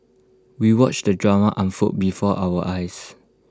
we watched the drama unfold before our eyes